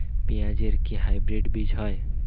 পেঁয়াজ এর কি হাইব্রিড বীজ হয়?